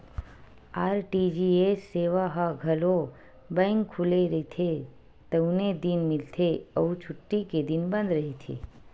RTGS सेवा ह घलो बेंक खुले रहिथे तउने दिन मिलथे अउ छुट्टी के दिन बंद रहिथे